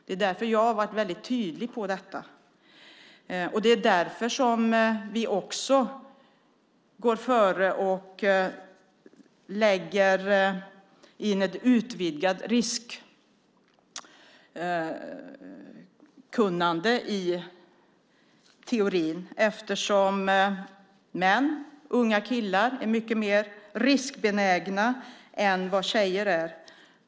Det är därför som jag har varit väldigt tydlig med detta, och det är därför som vi också går före och lägger in ett utvidgat riskkunnande i teorin, eftersom män, unga killar, är mycket mer riskbenägna än vad tjejer är.